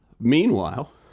Meanwhile